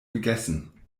gegessen